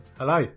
hello